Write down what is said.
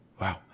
Wow